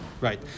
right